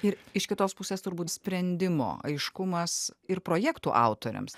ir iš kitos pusės turbūt sprendimo aiškumas ir projektų autoriams